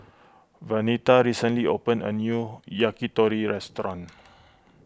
Venita recently opened a new Yakitori restaurant